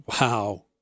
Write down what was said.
Wow